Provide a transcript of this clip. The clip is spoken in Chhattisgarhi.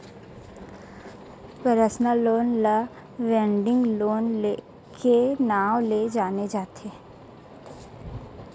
परसनल लोन ल वेडिंग लोन के नांव ले जाने जाथे